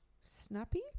snappy